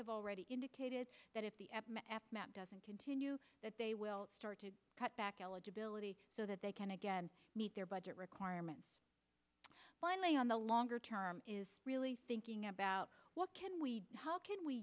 have already indicated that if the map doesn't continue that they will start to cut back eligibility so that they can again meet their budget requirements finally on the longer term is really thinking about what can we how can we